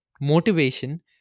motivation